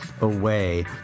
away